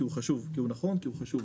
כי הוא נכון והוא חשוב.